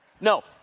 No